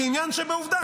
כעניין שבעובדה,